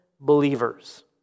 believers